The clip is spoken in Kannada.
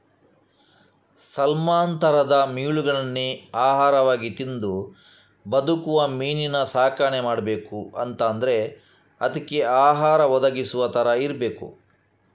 ಸಾಲ್ಮನ್ ತರದ ಮೀನುಗಳನ್ನೇ ಆಹಾರವಾಗಿ ತಿಂದು ಬದುಕುವ ಮೀನಿನ ಸಾಕಣೆ ಮಾಡ್ಬೇಕು ಅಂತಾದ್ರೆ ಅದ್ಕೆ ಆಹಾರ ಒದಗಿಸುವ ತರ ಇರ್ಬೇಕು